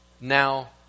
now